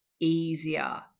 easier